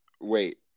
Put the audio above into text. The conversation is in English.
wait